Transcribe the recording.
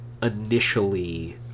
initially